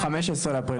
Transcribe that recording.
ב-15 באפריל.